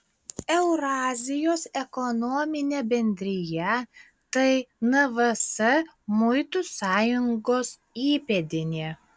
eurazijos ekonominė bendrija tai nvs muitų sąjungos įpėdinė